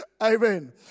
Amen